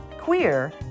queer